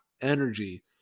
energy